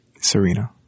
Serena